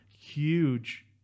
huge